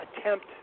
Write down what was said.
attempt